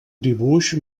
dibuix